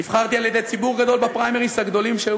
נבחרתי על-ידי ציבור גדול בפריימריז הגדולים שהיו